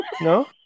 no